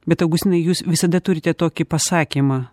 bet augustinai jūs visada turite tokį pasakymą